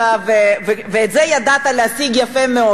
ואת זה ידעת להשיג יפה מאוד.